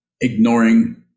Ignoring